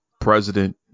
President